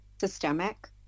systemic